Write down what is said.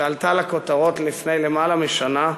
שעלה לכותרות לפני למעלה משנה,